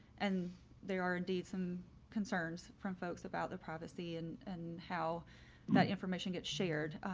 and there are indeed some concerns from folks about their privacy and and how that information gets shared.